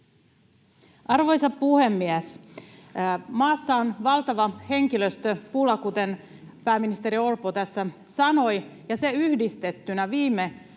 Arvoisa puhemies! Maassa on valtava henkilöstöpula, kuten pääministeri Orpo tässä sanoi, ja se yhdistettynä viime